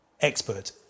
expert